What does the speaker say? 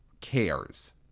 cares